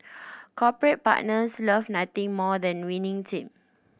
corporate partners love nothing more than a winning team